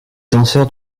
danseurs